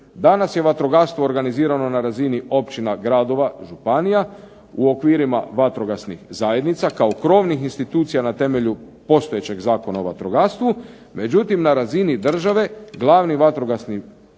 Danas je vatrogastvo organizirano na razini općina, gradova, županija u okvirima vatrogasnih zajednica kao krovnih institucija na temelju postojećeg Zakona o vatrogastvu, međutim na razini države glavni vatrogasni